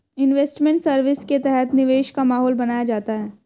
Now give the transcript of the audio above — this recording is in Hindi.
इन्वेस्टमेंट सर्विस के तहत निवेश का माहौल बनाया जाता है